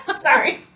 Sorry